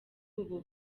ubu